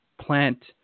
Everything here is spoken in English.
plant